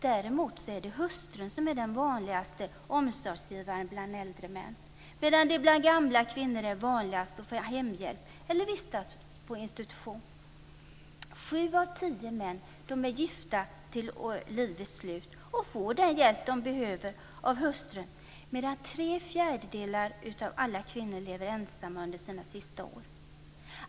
Däremot är hustrun den vanligaste omsorgsgivaren bland äldre män, medan det bland gamla kvinnor är vanligast att ha hemhjälp eller att vistas på institution. Sju av tio män är gifta till livets slut och får den hjälp de behöver av hustrun, medan tre fjärdedelar av alla kvinnor lever ensamma under sina sista år.